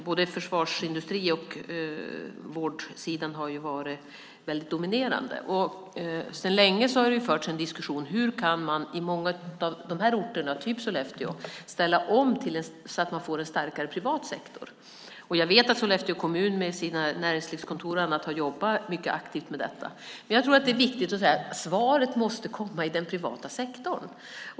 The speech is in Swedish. Både försvarsindustrin och vårdsidan har varit väldigt dominerande, och sedan länge har det förts en diskussion om hur man i många av de här orterna, typ Sollefteå, ska ställa om så att man får en starkare privat sektor. Jag vet att Sollefteå kommun med sina näringslivskontor och annat har jobbat mycket aktivt med detta. Men jag tror att det är viktigt att säga att svaret måste komma från den privata sektorn.